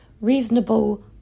reasonable